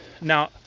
now